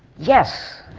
yes!